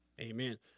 amen